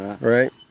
right